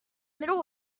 middle